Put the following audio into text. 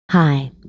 Hi